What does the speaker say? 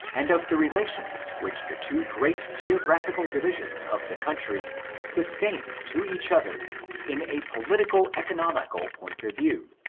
and of the relations which the two great geographical divisions of the country sustain to each other in a politico economical point of view.